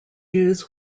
jews